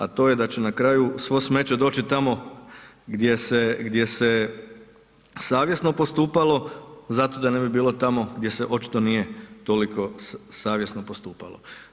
A to je da će na kraju svo smeće doći tamo gdje se savjesno postupalo zato da ne bi bilo tamo gdje se očito nije toliko savjesno postupalo.